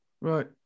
right